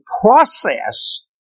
process